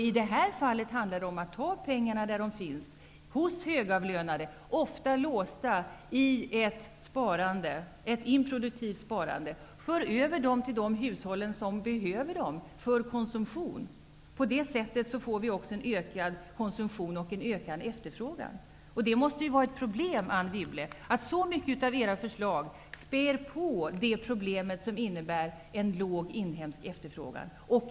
I det här fallet handlar det om att ta pengarna där de finns hos högavlönade, ofta låsta i ett improduktivt sparande, och föra över pengarna till de hushåll som behöver dem för konsumtion. På det sättet får vi en ökad konsumtion och efterfrågan. Det måste vara ett problem, Anne Wibble, att så många av era förslag spär på det problem som en låg inhemsk efterfrågan utgör.